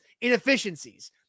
inefficiencies